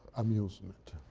amusement.